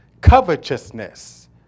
covetousness